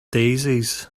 daisies